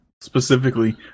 specifically